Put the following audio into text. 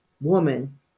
woman